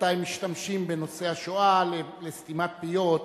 מתי משתמשים בנושא השואה לסתימת פיות.